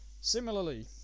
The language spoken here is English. similarly